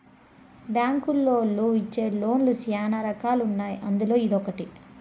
బ్యాంకులోళ్ళు ఇచ్చే లోన్ లు శ్యానా రకాలు ఉన్నాయి అందులో ఇదొకటి